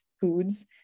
foods